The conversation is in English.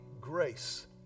grace